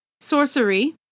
sorcery